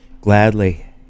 gladly